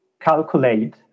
calculate